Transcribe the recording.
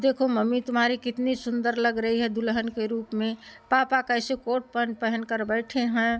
देखो मम्मी तुम्हारी कितनी सुंदर लग रही है दूल्हन के रूप में पापा कैसे कोट पंट पहनकर बैठे हैं